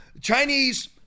chinese